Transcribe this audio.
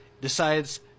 decides